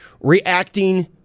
reacting